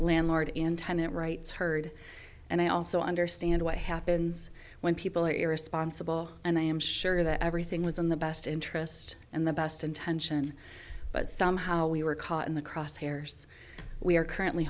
landlord and tenant rights heard and i also understand what happens when people are irresponsible and i am sure that everything was in the best interest and the best intention but somehow we were caught in the cross hairs we are currently